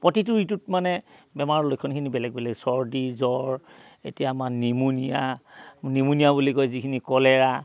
প্ৰতিটো ঋতুত মানে বেমাৰৰ লক্ষণখিনি বেলেগ বেলেগ চৰ্দি জ্বৰ এতিয়া আমাৰ নিমনিয়া নিমনিয়া বুলি কয় যিখিনি কলেৰা